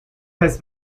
has